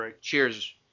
Cheers